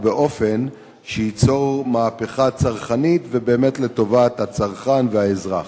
ובאופן שייצור מהפכה צרכנית ובאמת לטובת הצרכן והאזרח.